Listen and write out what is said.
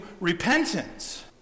repentance